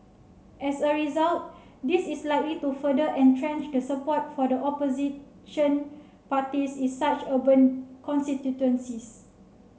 as a result this is likely to further entrench the support for the opposition parties in such urban constituencies